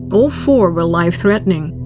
all four were life-threatening.